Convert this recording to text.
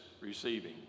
receiving